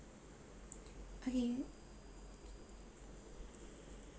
okay